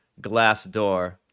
Glassdoor